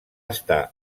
estar